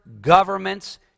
governments